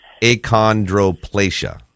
Achondroplasia